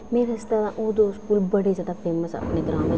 मेरे आस्तै ओह् दो स्कूल बड़े ज्यादा फेमस न अपने ग्रांऽ बिच्च